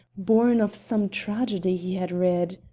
born of some tragedy he had read.